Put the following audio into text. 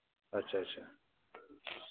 अच्छा अच्छा